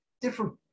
different